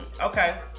Okay